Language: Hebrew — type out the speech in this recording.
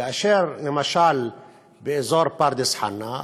ולמשל באזור פרדס-חנה,